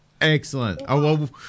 Excellent